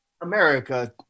America